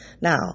Now